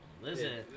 Listen